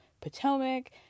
Potomac